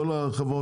כל החברות,